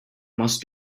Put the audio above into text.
must